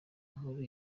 nkuru